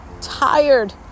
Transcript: tired